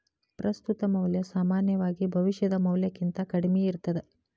ಪ್ರಸ್ತುತ ಮೌಲ್ಯ ಸಾಮಾನ್ಯವಾಗಿ ಭವಿಷ್ಯದ ಮೌಲ್ಯಕ್ಕಿಂತ ಕಡ್ಮಿ ಇರ್ತದ